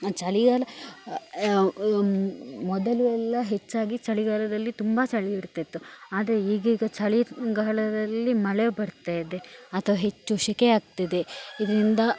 ಮತ್ತು ಚಳಿಗಾಲ ಮೊದಲು ಎಲ್ಲ ಹೆಚ್ಚಾಗಿ ಚಳಿಗಾಲದಲ್ಲಿ ತುಂಬ ಚಳಿ ಇರ್ತಿತ್ತು ಆದರೆ ಈಗೀಗ ಚಳಿಗಾಲದಲ್ಲಿ ಮಳೆ ಬರ್ತಾಯಿದೆ ಅಥವಾ ಹೆಚ್ಚು ಶೆಕೆ ಆಗ್ತಿದೆ ಇದರಿಂದ